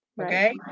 Okay